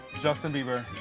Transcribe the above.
justin bieber.